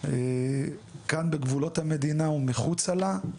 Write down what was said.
כאן בגבולות המדינה ומחוצה לה.